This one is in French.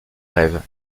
rêves